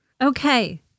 Okay